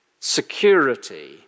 Security